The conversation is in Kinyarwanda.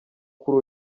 kuri